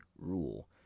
rule